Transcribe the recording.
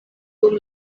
dum